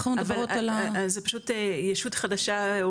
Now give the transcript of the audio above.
אנחנו מדברות על -- זה פשוט ישות חדשה,